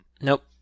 Nope